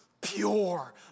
pure